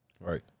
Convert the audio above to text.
Right